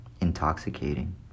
intoxicating